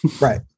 right